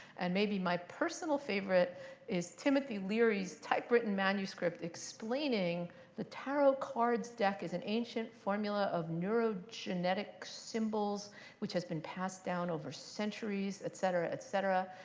and maybe my personal favorite is timothy leary's typewritten manuscript explaining the tarot cards deck is an ancient formula of neurogenetic symbols which has been passed down over centuries, et cetera, et cetera.